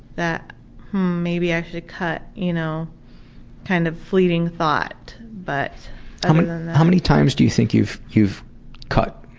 that maybe i should cut you know kind of fleeting thought. but um and how many times do you think you've you've cut?